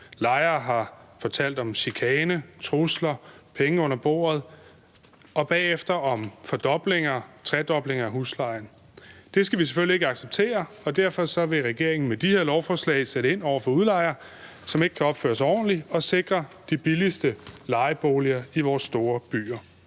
Lejere har fortalt om chikane, trusler, penge under bordet og bagefter om fordobling, tredobling af huslejen. Det skal vi selvfølgelig ikke acceptere, og derfor vil regeringen med de her lovforslag sætte ind over for udlejere, som ikke kan opføre sig ordentligt, og sikre de billigste lejeboliger i vores store byer.